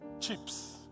chips